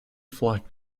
flock